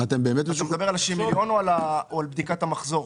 אתה מדבר על השוויון או על בדיקת המחזור?